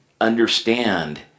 understand